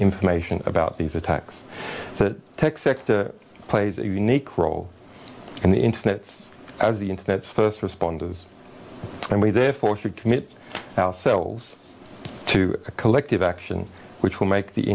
information about these attacks so the tech sector plays a unique role in the internet's as the internet's first responders and we therefore should commit ourselves to a collective action which will make the